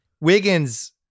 Wiggins